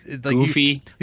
Goofy